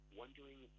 wondering